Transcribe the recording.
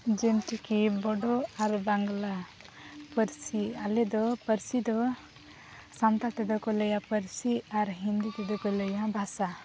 ᱡᱮᱢᱴᱤ ᱠᱤ ᱵᱚᱰᱳ ᱟᱨ ᱵᱟᱝᱞᱟ ᱯᱟᱹᱨᱥᱤ ᱟᱞᱮᱫᱚ ᱯᱟᱹᱨᱥᱤᱫᱚ ᱥᱟᱱᱛᱟᱲ ᱛᱮᱫᱚ ᱠᱚ ᱞᱟᱹᱭᱟ ᱯᱟᱹᱨᱥᱤ ᱟᱨ ᱦᱤᱱᱫᱤ ᱛᱮᱫᱚ ᱠᱚ ᱞᱟᱹᱭᱟ ᱵᱷᱟᱥᱟ